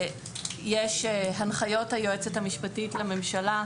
יש הנחיות היועצת המשפטית לממשלה,